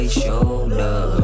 shoulder